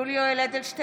יולי יואל אדלשטיין,